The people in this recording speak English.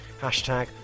Hashtag